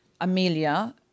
Amelia